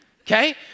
okay